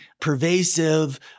pervasive